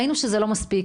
ראינו שזה לא מספיק.